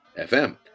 FM